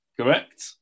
correct